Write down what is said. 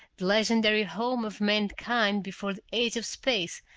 the legendary home of mankind before the age of space,